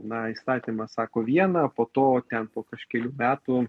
na įstatymas sako vieną po to ten po kažkelių metų